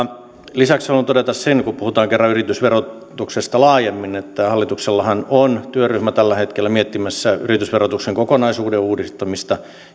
lisäksi haluan todeta sen kun puhutaan kerran yritysverotuksesta laajemmin että hallituksellahan on tällä hetkellä yritysverotuksen kokonaisuuden uudistamista